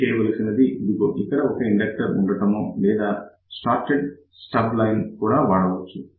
మీరు చేయవలసింది ఏమిటంటే ఇక్కడ ఒక ఇండక్టర్ ఉంచడమే లేదా షార్టడ్ స్టబ్ లైన్ కూడా ఉపయోగించవచ్చు